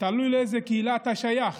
תלוי לאיזו קהילה אתה שייך.